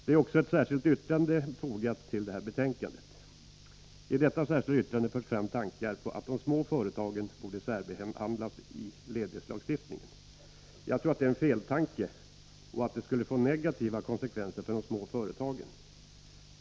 I det särskilda yttrandet nr 1 till betänkandet framförs tankar om att de små företagen borde särbehandlas i ledighetslagstiftningen. Jag tror att det är fel tänkt och att det skulle få negativa konsekvenser för de små företagen.